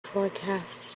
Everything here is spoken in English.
forecast